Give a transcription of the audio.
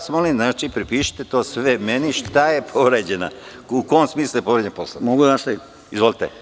Molim vas, pripišite to sve meni, šta je povređeno, u kom smislu je povređen Poslovnik.